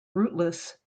rootless